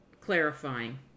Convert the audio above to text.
clarifying